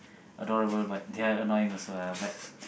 adorable but they're annoying also lah but